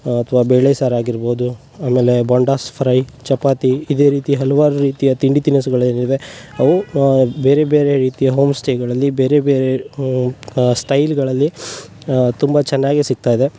ಅಥ್ವ ಬೇಳೆ ಸಾರು ಆಗಿರ್ಬೋದು ಆಮೇಲೆ ಬೊಂಡಾಸ್ ಫ್ರೈ ಚಪಾತಿ ಇದೆ ರೀತಿ ಹಲವಾರು ರೀತಿಯ ತಿಂಡಿ ತಿನಸುಗಳೇನಿದೆ ಅವು ಬೇರೆ ಬೇರೆ ರೀತಿಯ ಹೋಮ್ ಸ್ಟೇಗಳಲ್ಲಿ ಬೇರೆ ಬೇರೆ ಸ್ಟೈಲ್ಗಳಲ್ಲಿ ತುಂಬಾ ಚೆನ್ನಾಗೆ ಸಿಗ್ತಾಯಿದೆ